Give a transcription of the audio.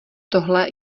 tohle